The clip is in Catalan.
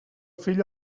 fill